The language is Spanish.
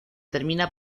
termina